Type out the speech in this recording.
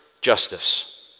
justice